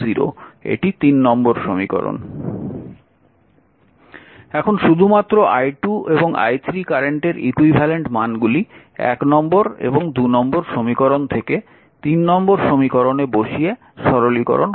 এখন শুধুমাত্র i2 এবং i3 কারেন্টের ইকুইভ্যালেন্ট মানগুলি নম্বর এবং নম্বর সমীকরণ থেকে নম্বর সমীকরণে বসিয়ে সরলীকরণ করা হবে